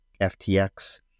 FTX